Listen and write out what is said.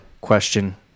question